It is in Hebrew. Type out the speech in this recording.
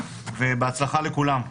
ובהצלחה לכולם.